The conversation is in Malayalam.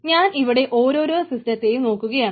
ഞാൻ ഇവിടെ ഓരോരോ സിസ്റ്റത്തെയും നോക്കുകയാണ്